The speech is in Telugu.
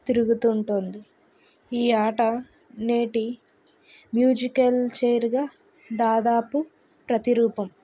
తిరుగుతుంటుంది ఈ ఆట నేటి మ్యూజికల్ చైర్ గా దాదాపు ప్రతిరూపం